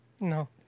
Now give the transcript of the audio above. No